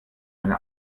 eine